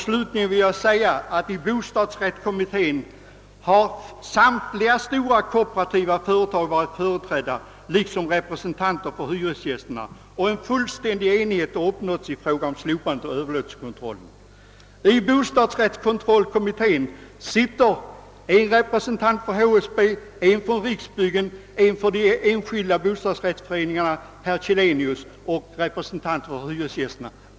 Slutligen vill jag framhålla att samtliga stora kooperativa företag liksom representanter för hyresgästerna deltagit i arbetet inom bostadsrättskommittén, och fullständig enighet har där uppnåtts i frågan om slopande av överlåtelsekontrollen. I bostadsrättskommittén sitter en representant för HSB, en för Biksbyggen, en för de enskilda bostadsrättsföreningarna — herr Källenius — och representanter för hyresgästerna.